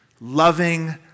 loving